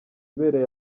ibereye